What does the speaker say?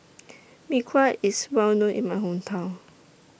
Mee Kuah IS Well known in My Hometown